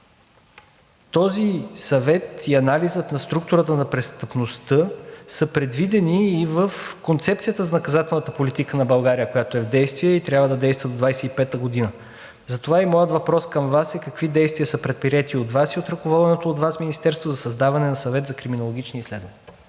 Този съвет и анализът на структурата на престъпността са предвидени и в Концепцията за наказателната политика на България, която е в действие, и трябва да действа до 2025 г. Затова и моят въпрос към Вас е: какви действия са предприети от Вас и от ръководеното от Вас министерство за създаване на Съвет за криминологични изследвания?